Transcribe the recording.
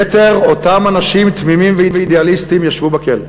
יתר אותם אנשים תמימים ואידיאליסטים ישבו בכלא.